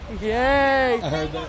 yay